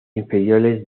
inferiores